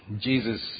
Jesus